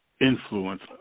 influence